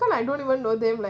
how I don't even know this leh